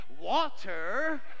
Water